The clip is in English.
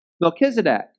Melchizedek